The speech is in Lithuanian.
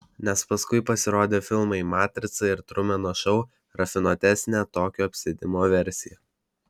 nes paskui pasirodė filmai matrica ir trumeno šou rafinuotesnė tokio apsėdimo versija